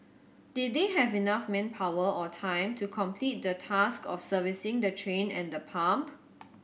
did they have enough manpower or time to complete the task of servicing the train and the pump